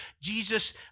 Jesus